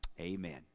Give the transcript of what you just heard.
Amen